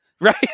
right